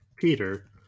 Peter